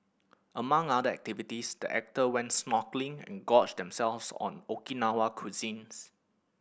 among other activities the actor went snorkelling and gorged themselves on Okinawan cuisine